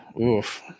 Oof